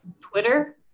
Twitter